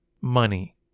Money